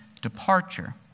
departure